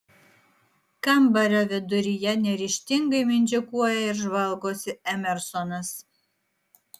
kambario viduryje neryžtingai mindžikuoja ir žvalgosi emersonas